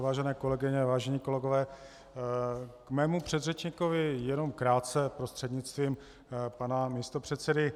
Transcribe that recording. Vážené kolegyně, vážení kolegové, k mému předřečníkovi jenom krátce prostřednictvím pana místopředsedy.